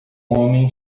homem